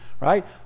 right